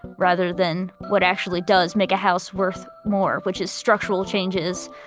rather than what actually does make a house worth more, which is structural changes,